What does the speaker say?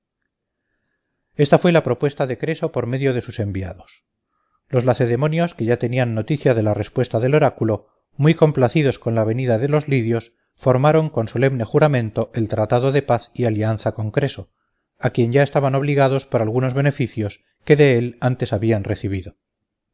esta fue la propuesta de creso por medio de sus enviados los lacedemonios que ya tenían noticia de la respuesta del oráculo muy complacidos con la venida de los lidios formaron con solemne juramento el tratado de paz y alianza con creso a quien ya estaban obligados por algunos beneficios que de él antes habían recibido